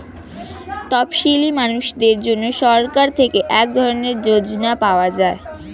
তপসীলি মানুষদের জন্য সরকার থেকে এক ধরনের যোজনা পাওয়া যায়